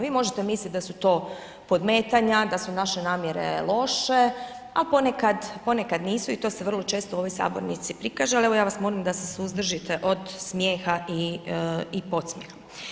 Vi možete misliti da su to podmetanja, da su naše namjere loše, a ponekad nisu i to se vrlo često u ovoj sabornici prikaže, ali evo, ja vas molim da se suzdržite od smijeha i podsmijeha.